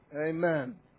Amen